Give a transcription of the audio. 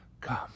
Come